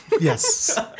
yes